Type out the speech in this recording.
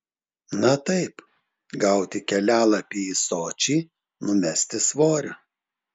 na taip gauti kelialapį į sočį numesti svorio